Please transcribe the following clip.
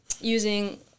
using